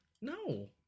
No